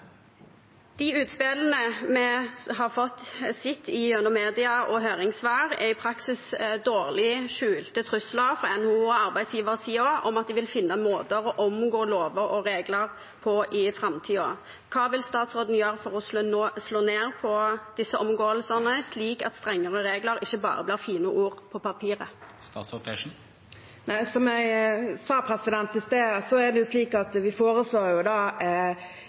De utspillene vi har sett gjennom media og høringssvar, er i praksis dårlig skjulte trusler fra NHO og arbeidsgiversiden om at de vil finne måter å omgå lover og regler på i framtiden. Hva vil statsråden gjøre for å slå ned på disse omgåelsene, slik at strengere regler ikke bare blir fine ord på papiret? Som jeg sa i stad, foreslår vi en bestemmelse som tydeliggjør og angir grensen mellom innleie og entreprise. Dersom det